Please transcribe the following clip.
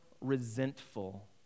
resentful